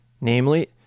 Namely